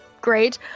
great